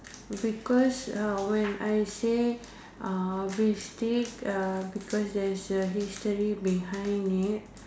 because uh when I say uh beef steak because uh there's a history behind it